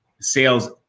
sales